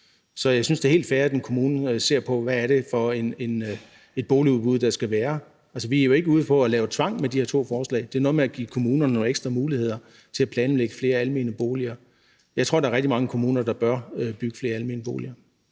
Så jeg synes, det er helt fair, at en kommune ser på, hvad for et boligudbud der skal være. Altså, vi er jo ikke ude på at indføre tvang med de her to forslag – det handler om at give kommunerne nogle ekstra muligheder for at planlægge flere almene boliger. Jeg tror, der er rigtig mange kommuner, der bør bygge flere almene boliger.